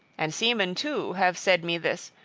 and seamen, too, have said me this,